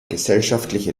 gesellschaftliche